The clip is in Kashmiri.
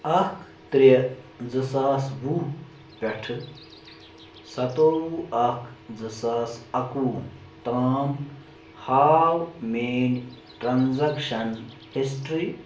اکھ ترٛےٚ زٕ ساس وُہ پٮ۪ٹھ ستووُہ اکھ زٕ ساس اکہٕ وُہ تام ہاو میٛٲنۍ ٹرٛانزَکشن ہسٹرٛی